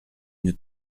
une